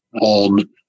on